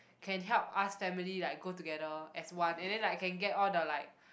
can help us family like go together as one and then like can get all the like